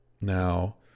Now